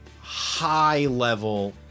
high-level